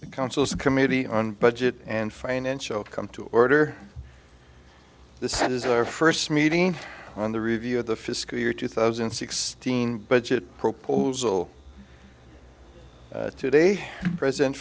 the council's committee on budget and financial come to order this is their first meeting on the review of the fiscal year two thousand and sixteen budget proposal today president